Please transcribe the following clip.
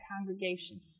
congregation